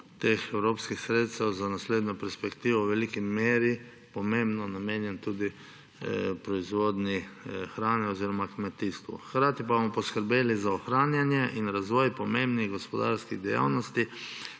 teh evropskih sredstev za naslednjo perspektivo v veliki meri, pomembno namenjen tudi proizvodnji hrane oziroma kmetijstvu. Hkrati pa bomo poskrbeli za ohranjanje in razvoj pomembnih gospodarskih dejavnosti